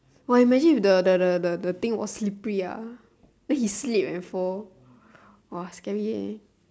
!wah! imagine if the the the the the thing was slippery ah then he slip and fall !wah! scary eh